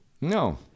No